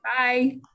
Bye